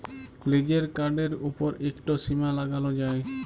লিজের কাড়ের উপর ইকট সীমা লাগালো যায়